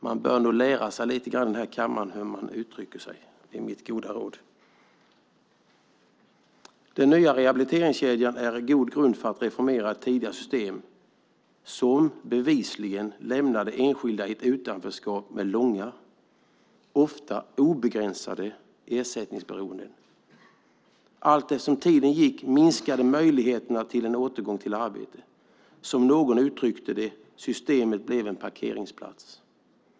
Man bör nog lära sig hur man uttrycker sig i denna kammare. Det är mitt goda råd. Den nya rehabiliteringskedjan är god grund för att reformera ett tidigare system som bevisligen lämnade enskilda i ett utanförskap med långa, ofta obegränsade, ersättningsberoenden. Allteftersom tiden gick minskade möjligheterna till återgång till arbete. Som någon uttryckte det: Systemet blev en parkeringsplats.